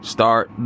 Start